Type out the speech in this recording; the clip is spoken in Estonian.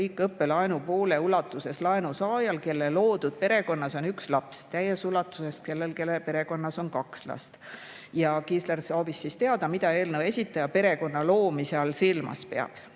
riik õppelaenu poole ulatuses laenusaajal, kelle loodud perekonnas on üks laps, täies ulatuses sellel, kelle perekonnas on kaks last. Kiisler soovis siis teada, mida eelnõu esitaja perekonna loomise all silmas peab.